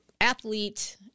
athlete